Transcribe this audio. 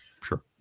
sure